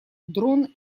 дрон